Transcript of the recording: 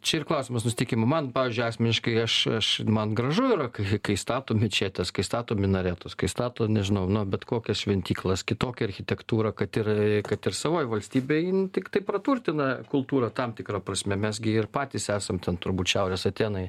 čia ir klausimas nusiteikimo man pavyzdžiui asmeniškai aš aš man gražu yra kai kai stato mečetes kai stato minaretus kai stato nežinau na bet kokias šventyklas kitokia architektūra kad ir kad ir savoj valstybėj tiktai praturtina kultūrą tam tikra prasme mes gi ir patys esam ten turbūt šiaurės atėnai